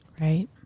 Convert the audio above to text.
Right